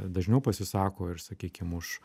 dažniau pasisako ir sakykim už